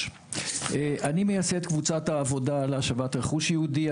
אני מייסד קבוצת העבודה להשבת רכוש יהודי.